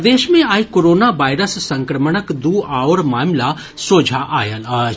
प्रदेश मे आइ कोरोना वायरस संक्रमणक दू आओर मामिला सोझा आयल अछि